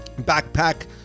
backpack